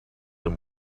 him